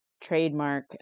trademark